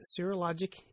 serologic